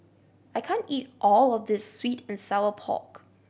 I can't eat all of this sweet and sour pork